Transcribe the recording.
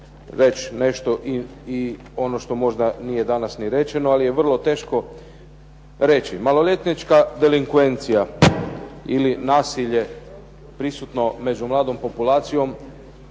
ću nešto što nije možda danas ni rečeno, ali vrlo je teško reći. Maloljetnička delikvencija ili nasilje prisutno prema mladom populacijom,